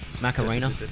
Macarena